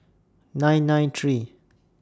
nine nine three